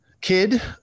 kid